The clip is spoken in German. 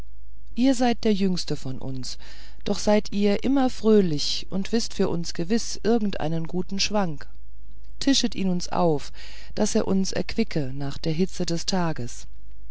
ihr seid zwar der jüngste von uns doch seid ihr immer fröhlich und wißt für uns gewiß irgendeinen guten schwank tischet ihn auf daß er uns erquicke nach der hitze des tages